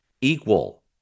Equal